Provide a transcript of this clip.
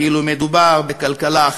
כאילו מדובר בכלכלה אחרת.